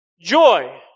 joy